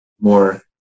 more